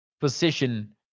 position